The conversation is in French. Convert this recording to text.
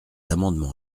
amendement